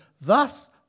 thus